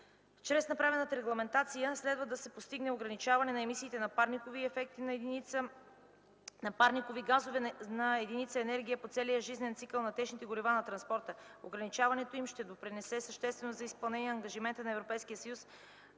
Чрез направената регламентация следва да се постигне ограничаване на емисиите на парникови газове на единица енергия от целия жизнен цикъл на течните горива за транспорта. Ограничаването им ще допринесе съществено за изпълнението на ангажиментa на Европейския съюз